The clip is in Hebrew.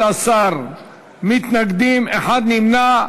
11 מתנגדים, אחד נמנע.